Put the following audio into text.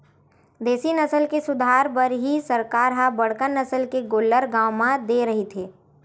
देसी नसल के सुधार बर ही सरकार ह बड़का नसल के गोल्लर गाँव म दे रहिथे